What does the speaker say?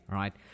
right